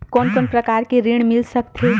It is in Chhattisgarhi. कोन कोन प्रकार के ऋण मिल सकथे?